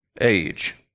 age